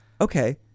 Okay